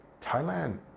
Thailand